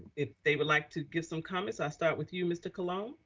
if they would like to give some comments. i start with you, mr. colon. um